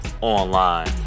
online